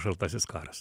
šaltasis karas